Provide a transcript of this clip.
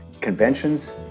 conventions